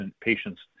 patients